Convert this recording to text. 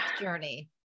journey